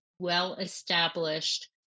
well-established